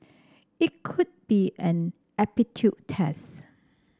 it could be an aptitude test